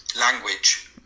language